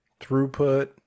throughput